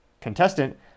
contestant